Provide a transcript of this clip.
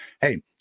Hey